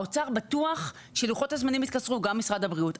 האוצר בטוח שלוחות הזמנים יתקצרו וגם משרד הבריאות.